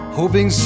hoping